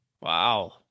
Wow